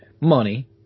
money